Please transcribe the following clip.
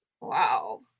Wow